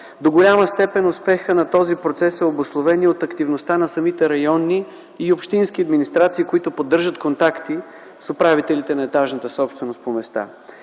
До голяма степен успехът на този процес е обусловен и от активността на самите районни и общински администрации, които поддържат контакти с управителите на етажната собственост по места.